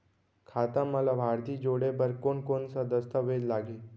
खाता म लाभार्थी जोड़े बर कोन कोन स दस्तावेज लागही?